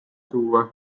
tuua